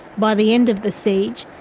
by the end of the siege,